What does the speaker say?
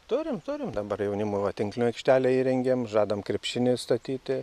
turim turim dabar jaunimui va tinklinio aikštelę įrengėm žadam krepšinį statyti